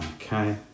Okay